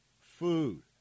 food